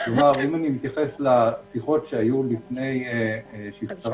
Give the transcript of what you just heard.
כלומר אם אני מתייחס לשיחות שהיו לפני שהצטרפנו,